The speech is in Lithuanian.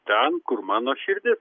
ten kur mano širdis